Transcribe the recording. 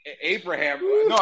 Abraham